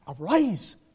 arise